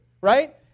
right